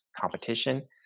competition